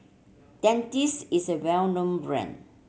Dentiste is a well known brand